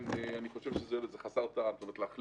לדעתי זה חסר טעם.